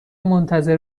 منتظر